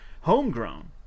homegrown